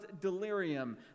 delirium